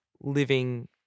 living